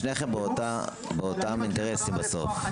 לשניכם אותם אינטרסים בסוף.